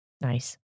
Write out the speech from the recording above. Nice